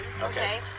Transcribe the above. Okay